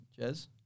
Jez